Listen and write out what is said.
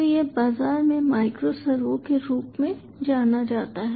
तो यह बाजार में माइक्रो सर्वो के रूप में जाना जाता है